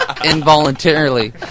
involuntarily